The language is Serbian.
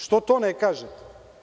Što to ne kažete?